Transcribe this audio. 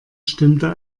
stimmte